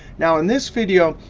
now in this video,